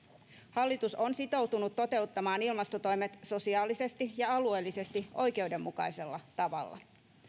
hallitus on sitoutunut toteuttamaan ilmastotoimet sosiaalisesti ja alueellisesti oikeudenmukaisella tavalla